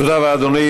תודה רבה, אדוני.